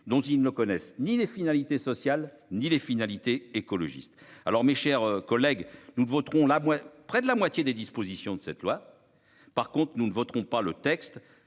dont ils ne connaissent ni les finalités sociales ni les finalités écologistes. Alors, mes chers collègues, nous voterons la moins près de la moitié des dispositions de cette loi. Par contre nous ne voteront pas le texte